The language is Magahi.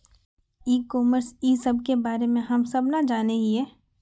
ई कॉमर्स इस सब के बारे हम सब ना जाने हीये?